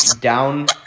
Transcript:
down